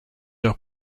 are